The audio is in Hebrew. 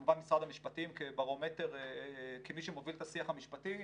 כמובן משרד המשפטים כמי שמוביל את השיח המשפטי.